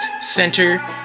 center